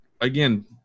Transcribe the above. again